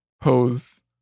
Pose